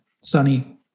sunny